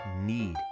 need